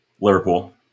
Liverpool